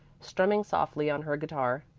strumming softly on her guitar.